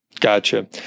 Gotcha